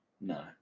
No